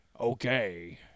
okay